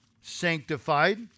sanctified